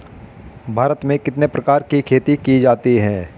भारत में कितने प्रकार की खेती की जाती हैं?